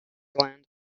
land